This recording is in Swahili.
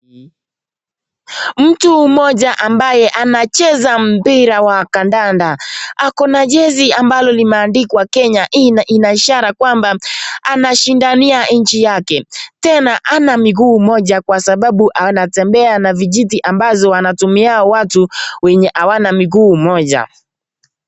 Mtu mmoja ambaye anacheza mpira wa kandanda ako na jezi ambalo limeandikwa Kenya, inaishara kwamba anashindania nchi yake tena hana miguu moja kwa sababu anatembea na vijiti ambazo anatumia watu hawana miguu moja.